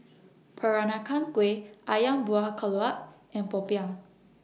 Peranakan Kueh Ayam Buah Keluak and Popiah